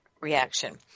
reaction